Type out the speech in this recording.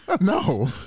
No